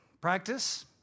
Practice